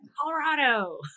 Colorado